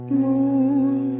moon